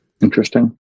Interesting